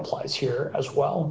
applies here as well